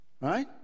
Right